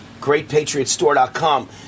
GreatPatriotStore.com